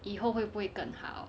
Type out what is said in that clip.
以后会不会更好